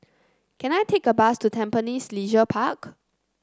can I take a bus to Tampines Leisure Park